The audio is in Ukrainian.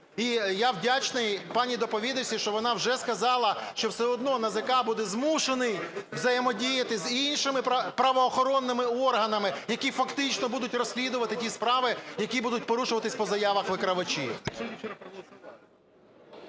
І я вдячний пані доповідачці, що вона вже сказала, що все одно НАЗК буде змушений взаємодіяти з іншими правоохоронними органами, які фактично будуть розслідувати ті справи, які будуть порушуватись по заявах викривачів.